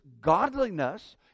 godliness